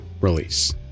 release